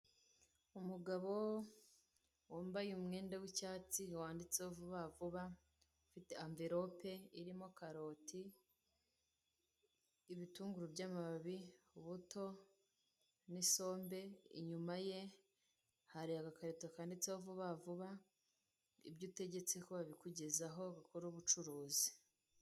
Umugabo wanbaye umwenda w'uzyatsi wanditeho vubavuba, ufite amvirope irimo karoti, ibitunguru by'amababi, ibibuto n'ombe inyuma ye hari agakarito kanditseho vubavuba, ibyo ushaka ko babikkugezaho bakora ubucuruzi.